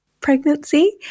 pregnancy